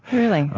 really?